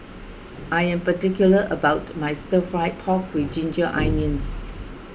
I am particular about my Stir Fry Pork with Ginger Onions